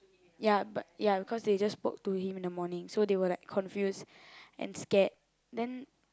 ya but ya because they just spoke to him in the morning so they were like confused and scared